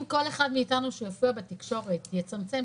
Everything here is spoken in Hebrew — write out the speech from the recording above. אם כל אחד מאיתנו שיופיע בתקשורת יצמצם